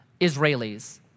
Israelis